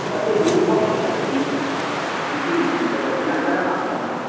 कति रूप्यकम् अस्ति इति वदतु नन्तरम् अहं वदामि